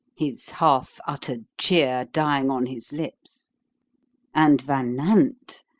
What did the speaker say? his half-uttered cheer dying on his lips and van nant,